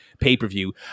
pay-per-view